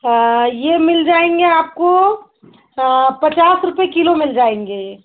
ये मिल जायेंगे आपको पचास रुपये किलो मिल जाएंगे